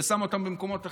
ושם אותם במקומות אחרים.